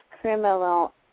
criminal